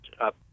up